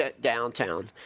downtown